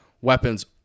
weapons